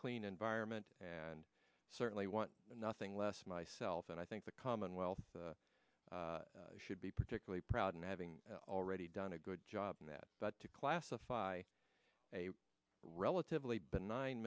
clean environment and certainly want nothing less myself and i think the commonwealth should be particularly proud in having already done a good job in that but to classify a relatively benign